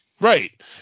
Right